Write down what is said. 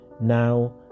now